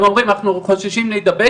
הם אומרים אנחנו חוששים להידבק,